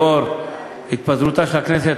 לאור התפזרותה של הכנסת,